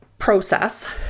process